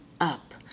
up